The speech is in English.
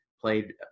played